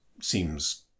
seems